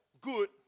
good